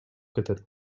кетет